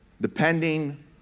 depending